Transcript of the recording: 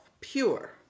pure